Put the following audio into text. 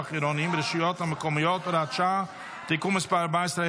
העירוניים ברשויות המקומיות (הוראת שעה) (תיקון מס' 14),